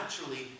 naturally